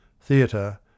theatre